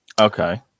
Okay